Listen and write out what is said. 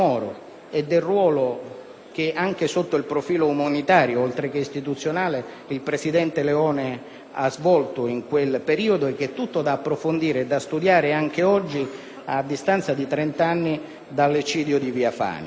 e del ruolo che anche sotto il profilo umanitario oltre che istituzionale il presidente Leone ha svolto in quel periodo, e che è tutto da approfondire e da studiare anche oggi, a distanza di 30 anni dall'eccidio di via Fani.